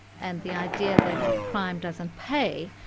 and the idea that crime doesn't pay,